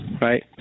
Right